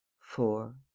four.